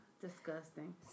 disgusting